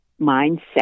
mindset